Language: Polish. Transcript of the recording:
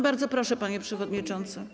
Bardzo proszę, panie przewodniczący.